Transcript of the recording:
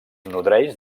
nodreix